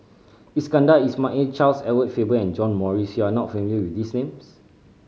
Iskandar Ismail Charles Edward Faber and John Morrice you are not familiar with these names